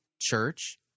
church